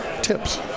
tips